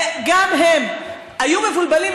וגם הם היו מבולבלים,